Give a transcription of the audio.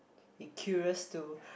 be curious to